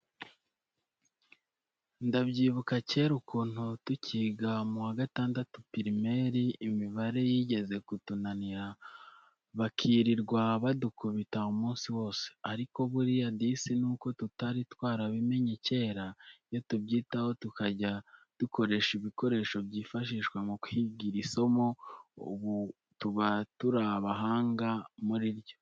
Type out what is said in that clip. Ndabyibuka kera ukuntu tucyiga mu wa gatandatu pirimeri imibare yigeze kutunanira bakirirwa badukubita umunsi wose. Ariko buriya disi nuko tutari twarabimenye kera, iyo tubyitaho tukajya dukoresha ibikoresha byifashishwa mu kwiga iri somo ubu tuba turi abahanga muri ryo.